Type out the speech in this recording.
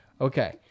Okay